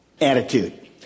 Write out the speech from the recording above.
attitude